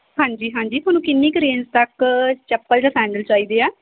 ਹਾਂਜੀ ਹਾਂਜੀ ਤੁਹਾਨੂੰ ਕਿੰਨੀ ਕੁ ਰੇਂਜ ਤੱਕ ਚੱਪਲ ਜਾਂ ਸੈਂਡਲ ਚਾਹੀਦੇ ਆ